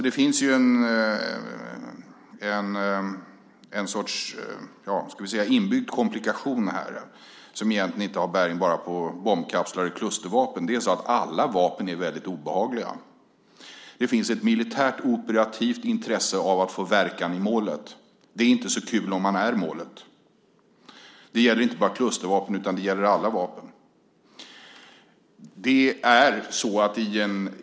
Det finns en sorts inbyggd komplikation i detta som egentligen inte enbart har bäring på bombkapslar och klustervapen. Alla vapen är mycket obehagliga. Det finns ett militärt operativt intresse av att få verkan i målet. Det är inte särskilt kul om man är målet. Det gäller inte bara klustervapen utan alla vapen.